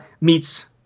meets